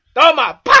¡Toma